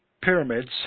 pyramids